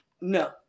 no